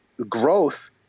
growth